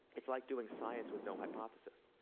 it's like doing science with no hypothesis.